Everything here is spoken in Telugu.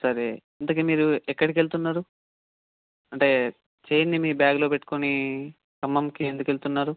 సరే ఇంతకి మీరు ఎక్కడికి వెళ్తున్నారు అంటే చెయిన్ని మీ బ్యాగ్లో పెట్టుకుని ఖమ్మంకి ఎందుకెళుతున్నారు